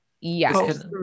Yes